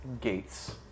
Gates